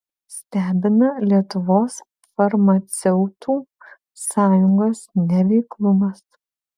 stebina lietuvos farmaceutų sąjungos neveiklumas